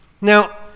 Now